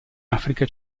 africa